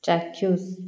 ଚାକ୍ଷୁଷ